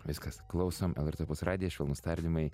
viskas klausom lrt opus radijas švelnūs tardymai